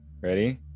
ready